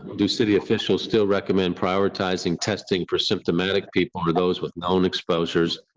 do city officials still recommend prioritizing testing for symptomatic people or those with known exposures?